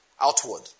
outward